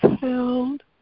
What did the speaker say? held